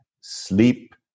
sleep